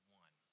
one